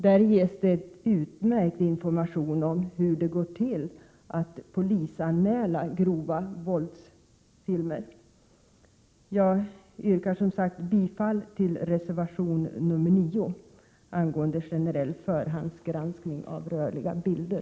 Där ges en utmärkt information om hur det går till att polisanmäla filmer med grovt våld. Jag yrkar som sagt bifall till reservation 9 angående generell förhandsgranskning av rörliga bilder.